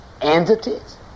Entities